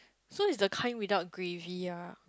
so it's the kind without gravy ah